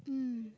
mm